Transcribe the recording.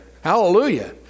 Hallelujah